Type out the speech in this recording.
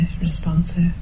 Responsive